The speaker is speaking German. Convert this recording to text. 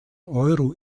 euro